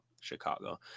Chicago